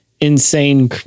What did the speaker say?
insane